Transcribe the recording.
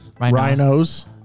Rhinos